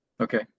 Okay